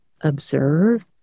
observe